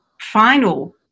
final